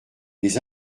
les